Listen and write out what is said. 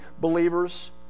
believers